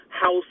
house